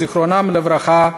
זיכרונם לברכה,